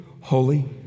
Holy